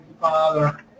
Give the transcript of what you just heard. father